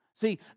See